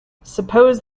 suppose